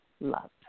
Love